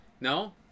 no